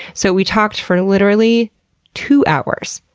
so we talked for literally two hours,